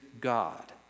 God